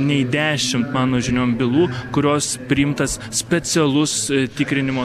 nei dešimt mano žiniom bylų kurios priimtas specialus tikrinimo